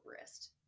wrist